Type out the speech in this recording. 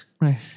right